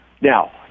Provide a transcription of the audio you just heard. Now